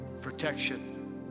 protection